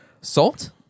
salt